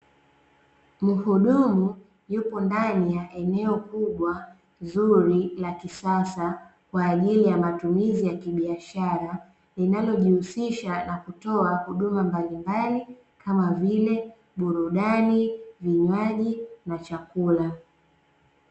Muhudumu yupo ndani ya eneo kubwa zuri la kisasa kwa ajili ya matumizi ya kibiashara linalojihusisha na kutoa huduma mbalimbali kama vile; burudani, vinywaji na chakula.